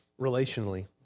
relationally